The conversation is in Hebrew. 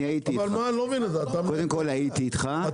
אני הייתי איתך, וזה לא מה שנאמר.